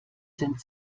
sind